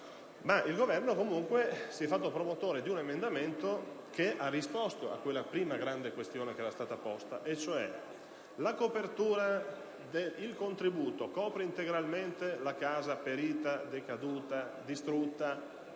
il Governo si è fatto promotore di un emendamento che ha risposto alla prima grande questione che era stata posta, vale a dire: il contributo copre integralmento o no la casa perita, caduta, distrutta?